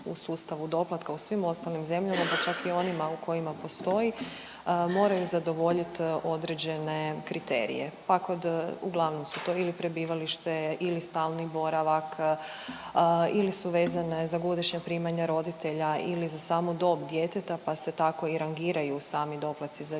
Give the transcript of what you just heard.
u sustavu doplatka u svim ostalim zemljama pa čak i onima u kojima postoji moraju zadovoljit određene kriterije, pa kod, uglavnom su to ili prebivalište ili stalni boravak ili su vezane za godišnja primanja roditelja ili za samu dob djeteta pa se tako i rangiraju sami doplaci za djecu.